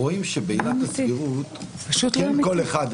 רואים שבעילת הסבירות --- זה לא אמיתי,